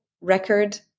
record